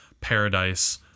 paradise